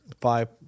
five